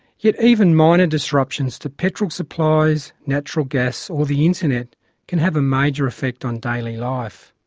yet even minor disruptions to petrol supplies, natural gas or the internet can have a major effect on daily life.